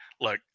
look